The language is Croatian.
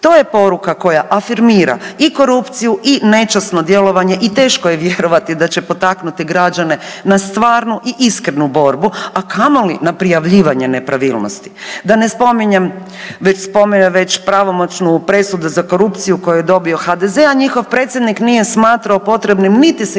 To je poruka koja afirmira i korupciju i nečasno djelovanje i teško je vjerovati da će potaknuti građane na stvarnu i iskrenu dobru, a kamoli na prijavljivanje nepravilnosti. Da ne spominjem već pravomoćnu presudu za korupciju koju je dobio HDZ, a njihov predsjednik nije smatrao potrebnim niti se ispričati